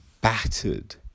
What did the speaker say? battered